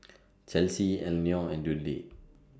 Chelsie Elenore and Dudley